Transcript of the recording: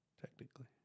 Technically